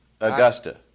Augusta